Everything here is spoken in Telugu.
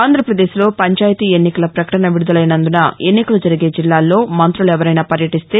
ఆంధ్రాపదేశ్లో పంచాయతీ ఎన్నికల ప్రకటన విడుదలైనందున ఎన్నికలు జరిగే జిల్లాలో మంతులెవరైనా పర్యటిస్తే